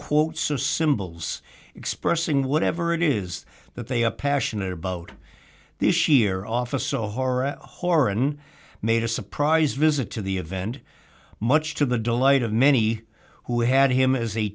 quote so symbols expressing whatever it is that they a passionate about this year office so horror horan made a surprise visit to the event much to the delight of many who had him as a